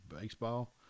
Baseball